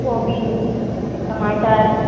कोभिन टमाटर